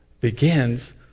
begins